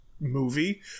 movie